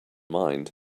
mind